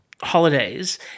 holidays